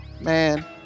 man